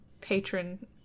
patron